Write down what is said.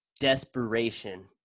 desperation